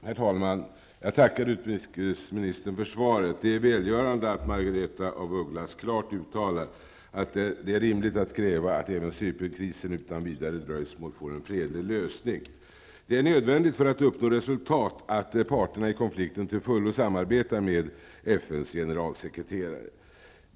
Herr talman! Jag tackar utrikesministern för svaret. Det är välgörande att Margaretha af Ugglas klart uttalar att det är rimligt att kräva att även Cypernkrisen utan vidare dröjsmål får en fredlig lösning. Det är nödvändigt för att uppnå resultat att parterna i konflikten till fullo samarbetar med FNs generalsekreterare.